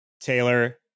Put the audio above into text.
Taylor